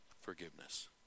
forgiveness